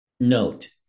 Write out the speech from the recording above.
Note